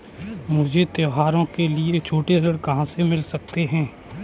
मुझे त्योहारों के लिए छोटे ऋण कहाँ से मिल सकते हैं?